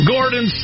Gordon